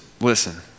listen